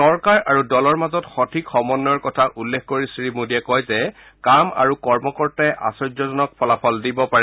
চৰকাৰ আৰু দলৰ মাজত সঠিক সময়য়ৰ কথা উল্লেখ কৰি শ্ৰীমোডীয়ে কয় যে কাম আৰু কৰ্মকৰ্তাই আশ্চৰ্যজনক ফলাফল দিব পাৰে